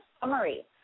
summary